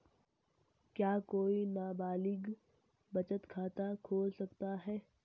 क्या कोई नाबालिग बचत खाता खोल सकता है?